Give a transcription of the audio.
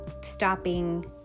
stopping